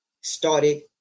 started